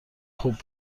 خوب